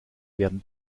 werden